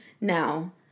Now